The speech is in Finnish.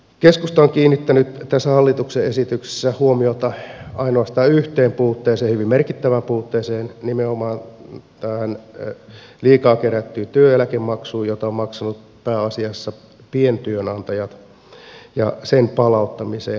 keskusta on kiinnittänyt tässä hallituksen esityksessä huomiota ainoastaan yhteen puutteeseen hyvin merkittävään puutteeseen nimenomaan tähän liikaa kerättyyn työeläkemaksuun jota ovat maksaneet pääasiassa pientyönantajat ja sen palauttamiseen